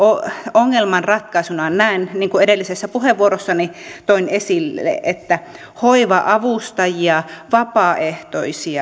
ongelman ratkaisuna näen niin kuin edellisessä puheenvuorossani toin esille että hoiva avustajien vapaaehtoisten